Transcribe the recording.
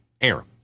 Air